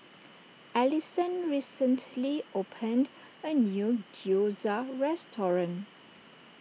Allisson recently opened a new Gyoza restaurant